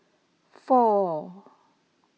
four